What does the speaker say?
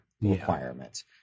requirements